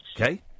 Okay